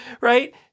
right